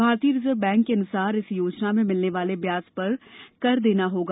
भारतीय reserve bank के अनुसार इस योजना में मिलने वाले ब्याज पर कर देना होगा